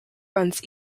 runs